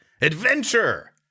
Adventure